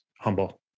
humble